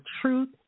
truth